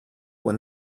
when